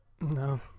no